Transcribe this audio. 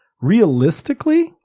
Realistically